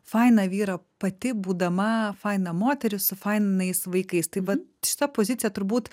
fainą vyrą pati būdama faina moteris su fainais vaikais tai va šita pozicija turbūt